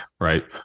right